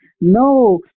No